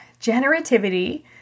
Generativity